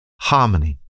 harmony